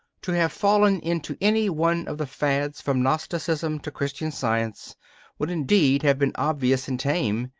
to have fallen into any one of the fads from gnosticism to christian science would indeed have been obvious and tame.